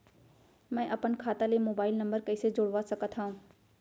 मैं अपन खाता ले मोबाइल नम्बर कइसे जोड़वा सकत हव?